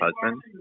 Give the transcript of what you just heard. husband